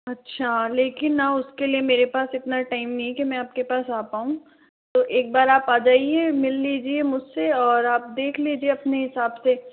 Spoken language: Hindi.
अच्छा लेकिन ना उसके लिए मेरे पास इतना टाइम नहीं है कि मैं आपके पास आ पाऊँ तो एक बार आप आ जाइये मिल लीजिये मुझसे और आप देख लीजिये अपने हिसाब से